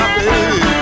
baby